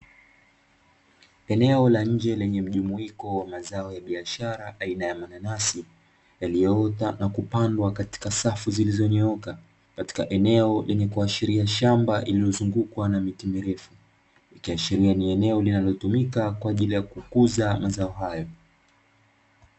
Eneo la nje lenye mjumuiko wa mazao ya biashara aina ya mananasi, yaliyoota na kupandwa katika safu zilizonyooka katika eneo lenye kuashiria shamba lililozungukwa na miti mirefu, ikiashiria ni eneo linalotumika kwa ajili ya kukuza mazao hayo.